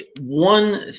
one